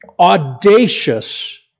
audacious